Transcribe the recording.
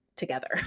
Together